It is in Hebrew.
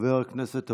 חבר הכנסת אבוטבול,